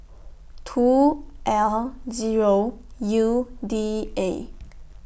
two L Zero U D A